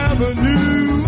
Avenue